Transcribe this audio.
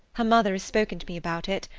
her mother has spoken to me about it,